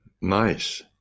Nice